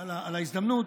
על ההזדמנות.